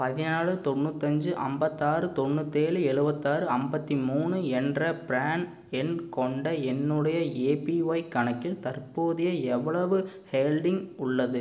பதினாலு தொண்ணுத்தஞ்சு ஐம்பத்தாறு தொண்ணுத்தேழு எழுபத்தாறு ஐம்பத்திமூணு என்ற பிரான் எண் கொண்ட என்னுடைய ஏபிஒய் கணக்கில் தற்போது எவ்வளவு ஹோல்டிங் உள்ளது